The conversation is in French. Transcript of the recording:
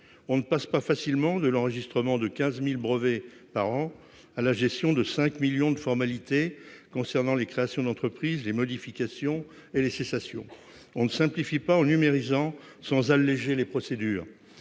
on ne passe pas facilement de l'enregistrement de 15 000 brevets par an à la gestion de 5 millions de formalités concernant les créations d'entreprises, les modifications et les cessations. Surtout, on ne simplifie pas en se contentant de numériser sans alléger les procédures.